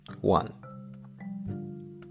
one